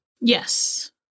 Yes